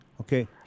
Okay